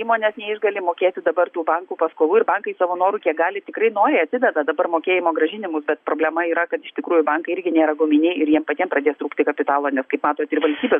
įmonės neišgali mokėti dabar tų bankų paskolų ir bankai savo noru kiek gali tikrai noriai atideda dabar mokėjimo grąžinimus bet problema yra kad iš tikrųjų bankai irgi nėra guminiai ir jiem patiem pradės trūkti kapitalo nes kaip matot ir valstybės